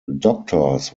doctors